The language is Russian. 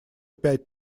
пять